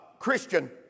Christian